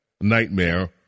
nightmare